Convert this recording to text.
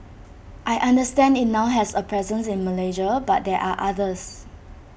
I understand IT now has A presence in Malaysia but there are others